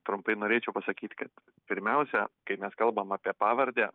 trumpai norėčiau pasakyt kad pirmiausia kai mes kalbam apie pavardę